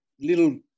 little